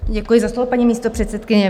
Děkuji za slovo, paní místopředsedkyně.